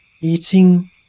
eating